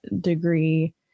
degree